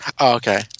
okay